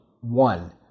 one